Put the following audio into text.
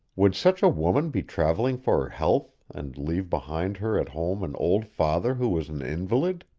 would such a woman be traveling for her health and leave behind her at home an old father who was an invalid?